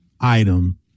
item